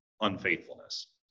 unfaithfulness